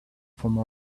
from